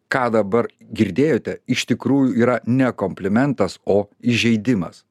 ką dabar girdėjote iš tikrųjų yra ne komplimentas o įžeidimas